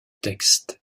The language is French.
texte